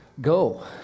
Go